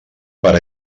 per